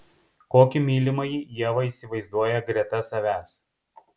kokį mylimąjį ieva įsivaizduoja greta savęs